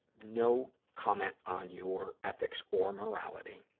no comment on your ethics or morality.